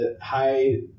high